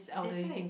that's why